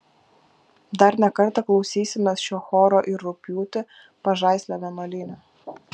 dar ne kartą klausysimės šio choro ir rugpjūtį pažaislio vienuolyne